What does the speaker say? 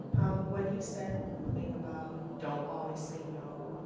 when you said the thing about don't always say no,